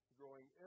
growing